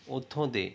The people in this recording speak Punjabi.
ਉੱਥੋਂ ਦੇ